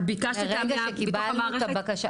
את ביקשת מתוך המערכת?